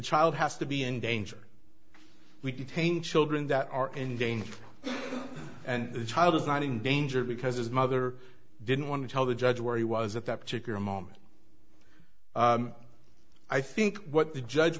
child has to be in danger we detain children that are in danger and the child is not in danger because his mother didn't want to tell the judge where he was at that particular moment i think what the judge